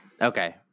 Okay